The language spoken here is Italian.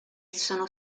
sono